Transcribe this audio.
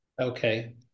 Okay